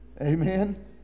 Amen